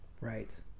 right